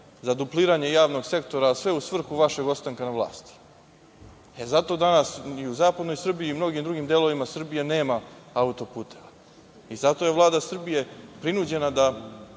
za dupliranje javnog sektora, sve u svrhu vašeg ostanka na vlasti. Zato ni u zapadnoj Srbiji ni u mnogo drugim delovima Srbije nema auto-puteva i zato je Vlada Srbije prinuđena da